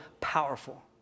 powerful